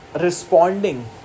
responding